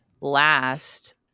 last